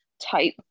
type